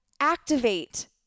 activate